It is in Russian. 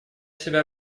себя